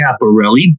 Caparelli